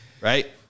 right